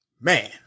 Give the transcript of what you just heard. Man